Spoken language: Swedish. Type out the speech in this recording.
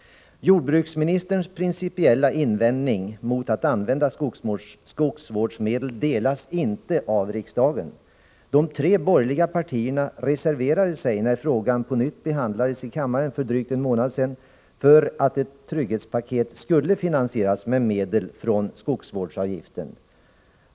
Jordbruksministerns principiella invändning mot att använda skogsvårdsmedel delas inte av riksdagen. De tre borgerliga partierna reserverade sig när frågan på nytt behandlades i kammaren för drygt en månad sedan för att ett trygghetspaket skulle finansieras med medel från skogsvårdsavgiften.